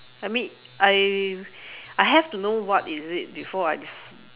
I mean I I have to know what is it before I